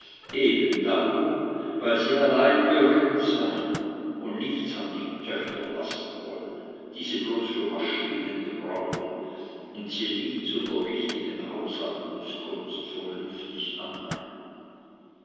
eben darum weil sie allein berühmt sein und nichts an die töchter lassen wollen diese bloß für maschinen gebrauchen und sie nie zu der wichtigen haushaltungskunst vernünftig anleiten